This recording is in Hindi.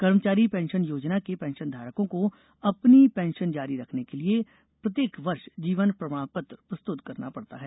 कर्मचारी पेंशन योजना के पेंशनधारकों को अपनी पेंशन जारी रखने के लिए प्रत्येक वर्ष जीवन प्रमाण पत्र प्रस्तुत करना पडता है